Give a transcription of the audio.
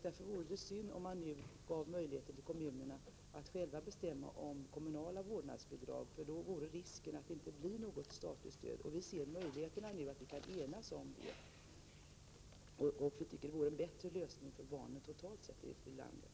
Därför vore det synd om man nu gav kommunerna möjligheter att själva bestämma om kommunala vårdnadsbidrag. Då vore risken att det inte blir något statligt stöd. Vi ser här en möjlighet att enas, och det vore en bättre lösning för barnomsorgen i landet totalt sett.